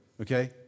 Okay